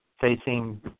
facing